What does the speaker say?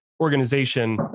organization